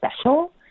special